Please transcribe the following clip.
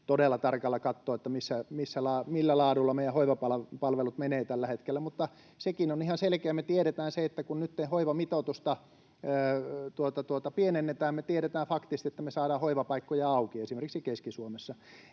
todella tarkasti katsoa, millä laadulla meidän hoivapalvelut menevät tällä hetkellä. Sekin on ihan selkeää, että kun nytten hoivamitoitusta pienennetään, me tiedetään faktisesti, että me saadaan hoivapaikkoja auki esimerkiksi Keski-Suomessa.